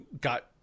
got